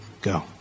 Go